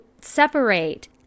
separate